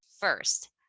first